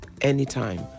anytime